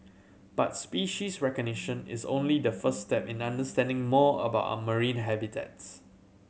but species recognition is only the first step in understanding more about our marine habitats